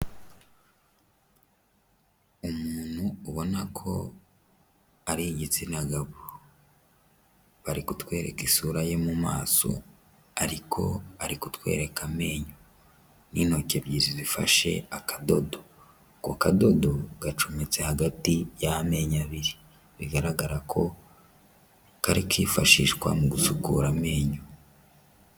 Umuntu ubona ko ari igitsina gabo, bari kutwereka isura ye mu maso, ariko ari kutwereka amenyo, n'intoki ebyiri zifashe akadodo, ako kadodo gacometse hagati y'amenyo abiri, bigaragara ko kari kwifashishwa mu gusukura amenyo.